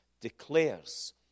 declares